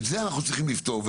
את זה אנחנו צריכים לפתור.